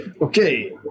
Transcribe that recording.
Okay